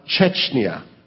Chechnya